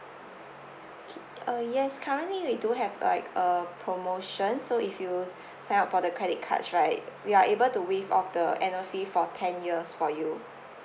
okay uh yes currently we do have like a promotion so if you sign up for the credit cards right we are able to waive off the annual fee for ten years for you